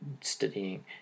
studying